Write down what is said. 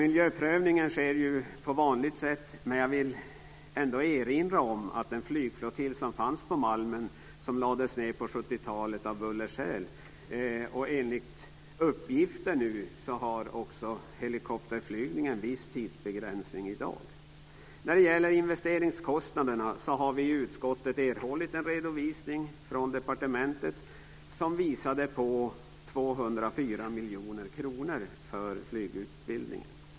Miljöprövningen sker ju på vanligt sätt, men jag vill erinra om att den flygflottilj som fanns på Malmen lades ned på 70-talet av bullerskäl, och enligt uppgifter har helikopterflygningen viss tidsbegränsning i dag. När det gäller investeringskostnaderna har vi i utskottet erhållit en redovisning från departementet som visar på 204 miljoner kronor för flygutbildningen.